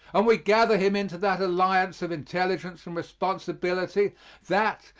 and we gather him into that alliance of intelligence and responsibility that,